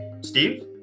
Steve